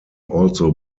also